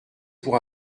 pour